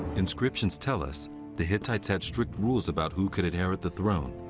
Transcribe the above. inscriptions tell us the hittites had strict rules about who could inherit the throne.